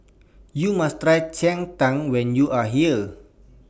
YOU must Try Cheng Tng when YOU Are here